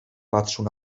patrzył